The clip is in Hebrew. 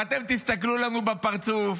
ואתם, תסתכלו לנו בפרצוף,